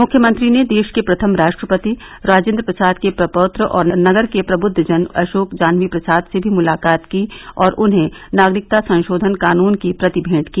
मुख्यमंत्री ने देश के प्रथम राष्ट्रपति राजेन्द्र प्रसाद के प्रपौत्र और नगर के प्रबद्वजन अशोक जान्हवी प्रसाद से भी मुलाकात की और उन्हें नागरिकता संशोधन कानुन की प्रति मेंट की